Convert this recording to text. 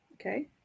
Okay